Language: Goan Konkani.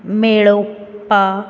मेळोवपा